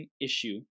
issue